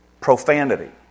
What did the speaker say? profanity